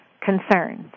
concerns